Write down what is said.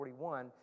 41